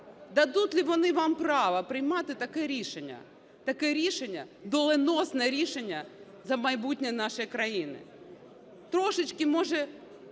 дадуть вони вам право приймати таке рішення, таке рішення, доленосне рішення за майбутнє нашої країни. Трішечки може